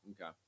okay